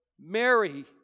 Mary